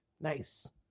Nice